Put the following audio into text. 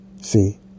See